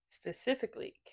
Specifically